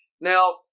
Now